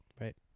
Right